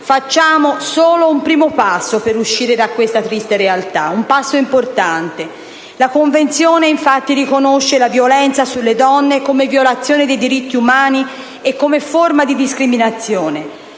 facciamo solo un primo passo per uscire da questa triste realtà, ma un passo importante. La Convenzione infatti riconosce la violenza sulle donne come violazione dei diritti umani e come forma di discriminazione;